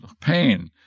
pain